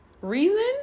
reason